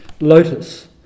lotus